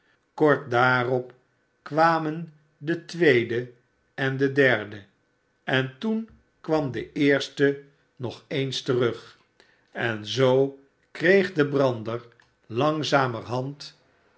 kort daarop kwamen de tweede en de derde en toen kwam de eerste nog eens terug en zoo kreeg de brander langzamerhand